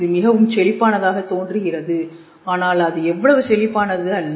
இது மிகவும் செழிப்பானதாக தோன்றுகிறது ஆனால் அது அவ்வளவு செழிப்பானது அல்ல